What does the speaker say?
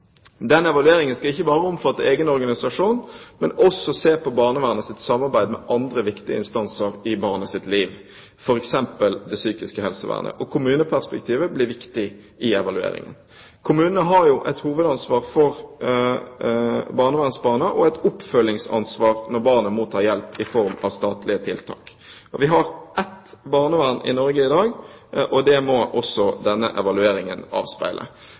Den evalueringen skal ikke bare omfatte egen organisasjon, men også se på barnevernets samarbeid med andre viktige instanser i barns liv, f.eks. det psykiske helsevernet. Kommuneperspektivet blir viktig i evalueringen. Kommunene har et hovedansvar for barnevernsbarna og et oppfølgingsansvar når barnet mottar hjelp i form av statlige tiltak. Vi har ett barnevern i Norge i dag, og det må også denne evalueringen avspeile.